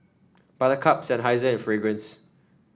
Buttercup Seinheiser and Fragrance